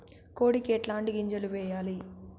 కోడికి ఎట్లాంటి గింజలు వేయాలి?